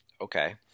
Okay